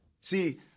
See